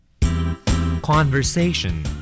conversation